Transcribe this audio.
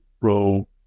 row